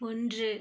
ஒன்று